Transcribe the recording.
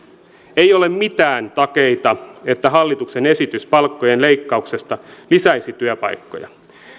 ei ole mitään takeita että hallituksen esitys palkkojen leikkauksesta lisäisi työpaikkoja